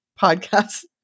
podcast